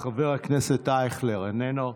חבר הכנסת אייכלר, איננו.